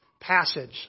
passage